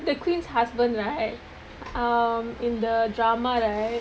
the queen's husband right um in the drama right